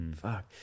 Fuck